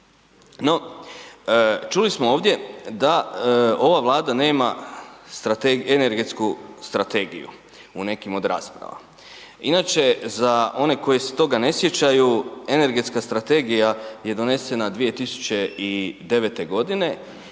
No čuli smo ovdje da ova Vlada nema energetsku strategiju u nekim od rasprava. Inače za one koje se toga ne sjećaju, energetska strategija je donesena 2009. g. i